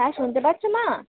হ্যাঁ শুনতে পাচ্ছো মা